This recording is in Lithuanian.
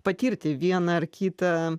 patirti vieną ar kitą